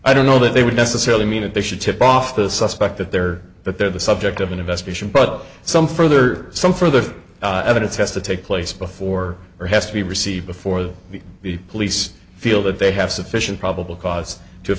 i don't know that they would necessarily mean that they should tip off the suspect that they're that they're the subject of an investigation but some further some further evidence has to take place before or has to be received before that the police feel that they have sufficient probable cause